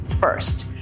first